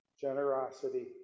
generosity